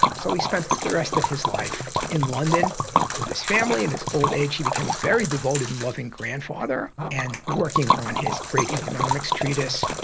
so he spent the rest of his life in london with his family. in his old age he became very devoted and loving grandfather and working on his great economics treatise,